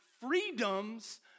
freedoms